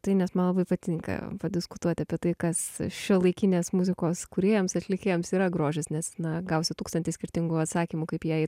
tai nes man labai patinka padiskutuoti apie tai kas šiuolaikinės muzikos kūrėjams atlikėjams yra grožis nes na gausi tūkstantį skirtingų atsakymų kaip jei